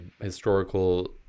historical